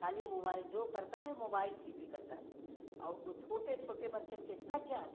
ख़ाली मोवाइल जो करता है मोबाइल टी बी करता है और कोई छोटे छोटे बच्चन के इतना ज्ञान